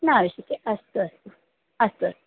नावश्यकी अस्तु अस्तु अस्तु अस्तु